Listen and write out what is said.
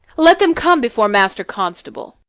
let them come before master constable.